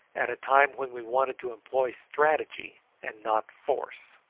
at a time when we wanted to employ strategy and not force.